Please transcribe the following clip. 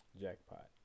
jackpot